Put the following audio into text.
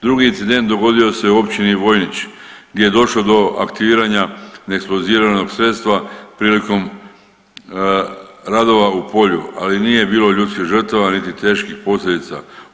Drugi incident dogodio se u općini Vojnić gdje je došlo do aktiviranja neeksplozivnog sredstva prilikom radova u polju ali nije bilo ljudskih žrtava niti teških posljedica.